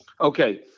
Okay